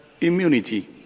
immunity